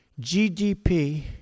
GDP